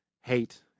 hate